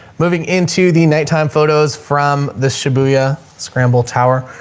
moving into the nighttime photos from the shibuya scramble tower. ah,